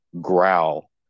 growl